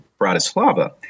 Bratislava